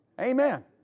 Amen